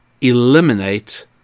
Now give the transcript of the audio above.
eliminate